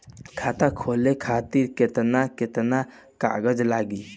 खाता खोले खातिर केतना केतना कागज लागी?